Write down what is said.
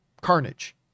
Carnage